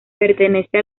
pertenece